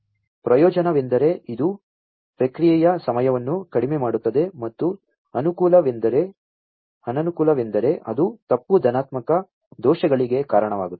ಪ್ರಯೋಜನವೆಂದರೆ ಇದು ಪ್ರಕ್ರಿಯೆಯ ಸಮಯವನ್ನು ಕಡಿಮೆ ಮಾಡುತ್ತದೆ ಮತ್ತು ಅನನುಕೂಲವೆಂದರೆ ಅದು ತಪ್ಪು ಧನಾತ್ಮಕ ದೋಷಗಳಿಗೆ ಕಾರಣವಾಗುತ್ತದೆ